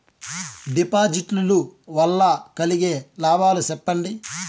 డిపాజిట్లు లు వల్ల కలిగే లాభాలు సెప్పండి?